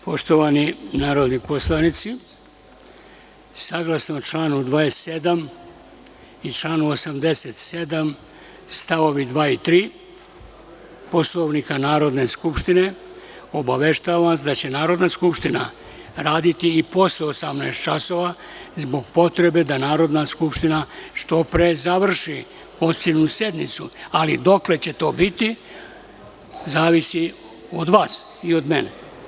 Poštovani narodni poslanici, saglasno članu 27. i članu 87. stavovi 2. i 3. Poslovnika Narodne skupštine, obaveštavam vas da će Narodna skupština raditi i posle 18.00 časova zbog potrebe da Narodna skupština što pre završi konstitutivnu sednicu, ali dokle će to biti zavisi od vas i od mene.